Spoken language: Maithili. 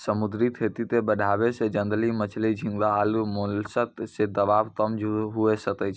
समुद्री खेती के बढ़ाबै से जंगली मछली, झींगा आरु मोलस्क पे दबाब कम हुये सकै छै